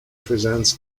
presents